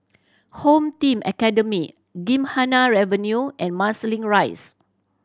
Home Team Academy Gymkhana Avenue and Marsiling Rise